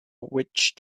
witch